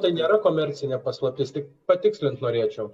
tai nėra komercinė paslaptis tik patikslint norėčiau